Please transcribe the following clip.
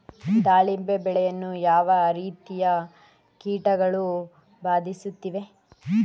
ದಾಳಿಂಬೆ ಬೆಳೆಯನ್ನು ಯಾವ ರೀತಿಯ ಕೀಟಗಳು ಬಾಧಿಸುತ್ತಿವೆ?